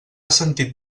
sentit